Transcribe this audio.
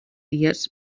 dies